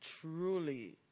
truly